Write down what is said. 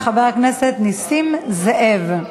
חבר הכנסת נסים זאב,